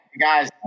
guys